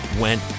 went